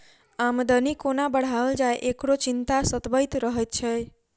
आमदनी कोना बढ़ाओल जाय, एकरो चिंता सतबैत रहैत छै